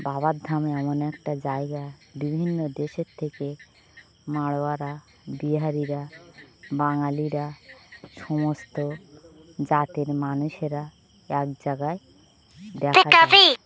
বাবার ধাম এমন একটা জায়গা বিভিন্ন দেশের থেকে মারোয়ারি বিহারিরা বাঙালিরা সমস্ত জাতের মানুষেরা এক জায়গায় দেখা যায়